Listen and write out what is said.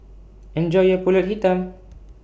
Enjoy your Pulut Hitam